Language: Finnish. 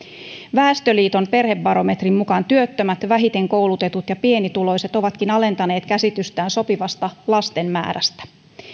väestöliiton perhebarometrin mukaan työttömät vähiten koulutetut ja pienituloiset ovatkin alentaneet käsitystään sopivasta lasten määrästä